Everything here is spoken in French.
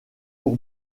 pour